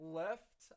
left